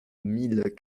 mille